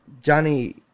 Johnny